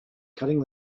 cutting